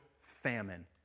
famine